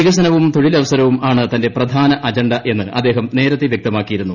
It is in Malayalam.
വികസനവും തൊഴിലവസരവും ആണ് തന്റെ പ്രധാന അജണ്ട എന്ന് അദ്ദേഹം നേരത്തെ വൃക്തമാക്കിയിരുന്നു